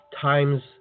time's